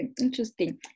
Interesting